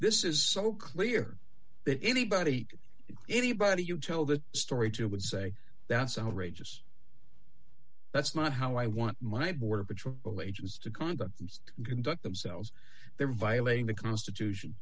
this is so clear that anybody anybody you tell that story to would say that's outrageous that's not how i want my border patrol agents to conduct conduct themselves they're violating the constitution